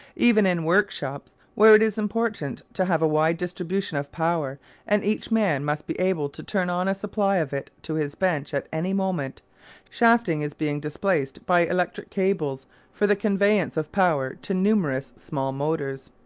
even in workshops where it is important to have a wide distribution of power and each man must be able to turn on a supply of it to his bench at any moment shafting is being displaced by electric cables for the conveyance of power to numerous small motors.